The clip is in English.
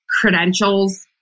credentials